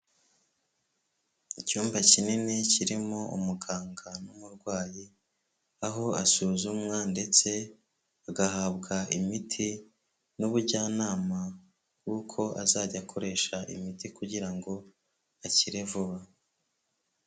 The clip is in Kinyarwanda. Icyumba kinini kirimo umuganga n'umurwayi, aho asuzumwa ndetse agahabwa imiti n'ubujyanama bw'uko azajya akoresha imiti, kugira ngo akire vuba.